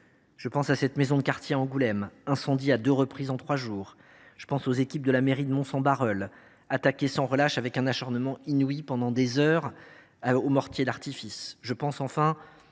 Je pense à cette maison de quartier d’Angoulême, incendiée à deux reprises en trois jours. Je pense aux équipes de la mairie de Mons en Barœul attaquées avec un acharnement inouï pendant des heures, sans relâche, aux mortiers d’artifice. Je pense, enfin,